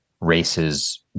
races